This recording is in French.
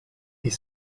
est